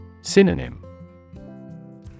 Synonym